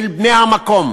של בני המקום,